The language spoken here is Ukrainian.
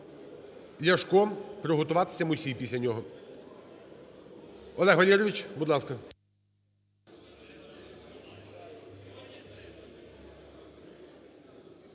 Ляшку. Приготуватися Мусій після нього. Олег Валерійович, будь ласка.